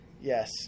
yes